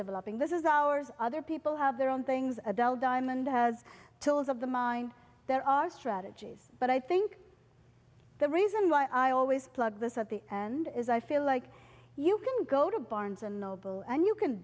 developing this is ours other people have their own things adele diamond has told of the mind there are strategies but i think the reason why i always plug this at the and is i feel like you can go to barnes and noble and you can